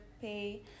pay